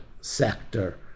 sector